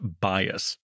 bias